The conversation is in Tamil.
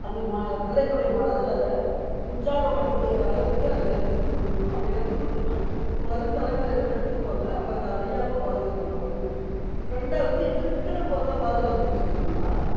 அந்த மா பிள்ளைகளுடைய மனதில் அதை உற்சாகப்படுத்துகிற அளவுக்கு அதுங்க கற்றுக் கொடுக்கணும் அப்படி கற்றுக் கொடுத்தோம்னா வரும் தலைமுறைகள் கற்றுக்குவாங்க அப்போ அது அழியாமல் பாதுகாக்கலாம் ஒன்று ரெண்டாவது இருக்கிற பொருளை பாதுகாக்கணும்ன்னு சொன்னோம்னால்